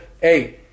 Hey